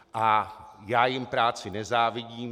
A já jim práci nezávidím.